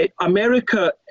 America